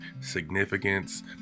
significance